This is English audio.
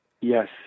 Yes